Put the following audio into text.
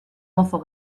mozo